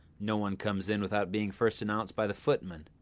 no one comes in without being first announced by the footman,